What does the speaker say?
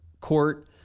court